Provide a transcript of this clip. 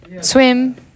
swim